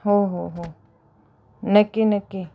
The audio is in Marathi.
हो हो हो नक्की नक्की